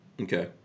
Okay